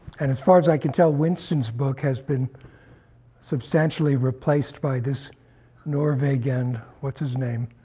and as far as i can tell, winston's book has been substantially replaced by this norvig and what's his name?